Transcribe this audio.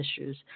issues